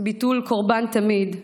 ביטול קורבן תמיד,